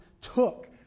took